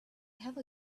have